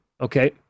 Okay